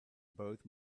both